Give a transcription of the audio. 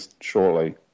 shortly